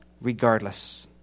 regardless